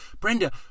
Brenda